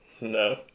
no